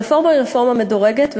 הרפורמה היא רפורמה מדורגת,